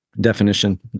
definition